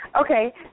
Okay